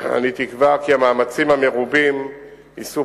אני תקווה כי המאמצים המרובים יישאו